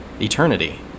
eternity